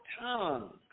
tongue